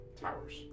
towers